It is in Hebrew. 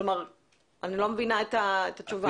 כלומר אני לא מבינה את התשובה.